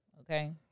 Okay